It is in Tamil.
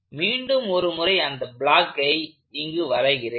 மீண்டும் ஒரு முறை அந்த பிளாக்கை இங்கு வரைகிறேன்